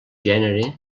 gènere